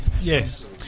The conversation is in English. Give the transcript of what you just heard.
Yes